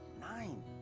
nine